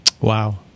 Wow